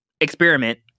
experiment